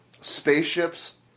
spaceships